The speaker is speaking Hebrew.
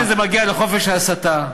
עד שזה מגיע לחופש ההסתה.